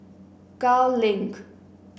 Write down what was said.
Gul Link